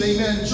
Amen